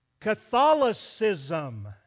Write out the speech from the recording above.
Catholicism